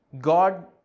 God